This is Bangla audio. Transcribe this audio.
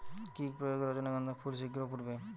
কি প্রয়োগে রজনীগন্ধা ফুল শিঘ্র ফুটবে?